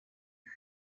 eue